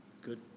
Good